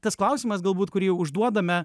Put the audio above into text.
tas klausimas galbūt kurį užduodame